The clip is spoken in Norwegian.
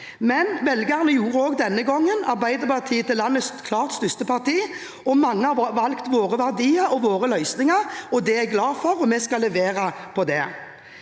Men velgerne gjorde også denne gangen Arbeiderpartiet til landets klart største parti. Mange har valgt våre verdier og våre løsninger, og det er jeg glad for. Vi skal levere på det.